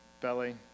belly